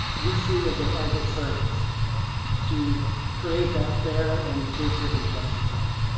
we see as a as a service to create that fair and inclusive and just society.